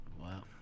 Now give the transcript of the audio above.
wow